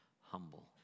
humble